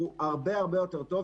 אתה יודע את זה הרבה יותר טוב,